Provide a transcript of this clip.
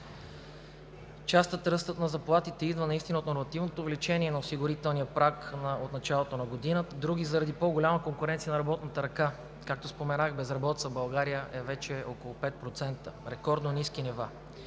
Част от ръста на заплатите идва наистина от нормативното увеличение на осигурителния праг от началото на годината, други заради по-голяма конкуренция на работната ръка. Както споменах, безработицата в България е вече около 5% – рекордно ниски нива.